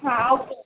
हाँ ओके